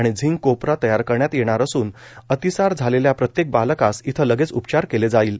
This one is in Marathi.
आणि झिंक कोपरा तयार करण्यात येणार असून अतिसार झालेला प्रत्येक बालकांस इथं लगेच उपचार केले जाईल